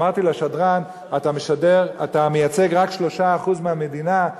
אמרתי לשדרן: אתה מייצג רק 3% מהמדינה,